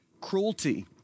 cruelty